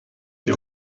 die